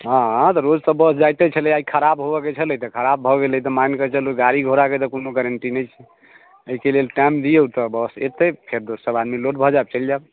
हँ रोज तऽ बस जाइते छलै आय खराब होबऽ के छलय तऽ खराब भऽ गेलय माइन के चलू गाड़ी घोड़ा के तऽ कोनो गारटी नै छै अयके लेल टाइम दियौ तऽ बस एते फेर सब आदमी लोड भऽ जैब चइल जैब